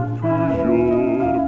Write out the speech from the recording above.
toujours